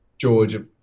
george